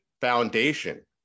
foundation